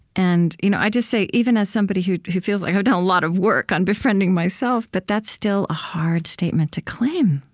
and you know i'll just say, even as somebody who who feels like i've done a lot of work on befriending myself, but that's still a hard statement to claim,